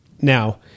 Now